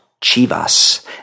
Chivas